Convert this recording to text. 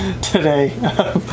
today